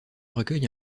recueille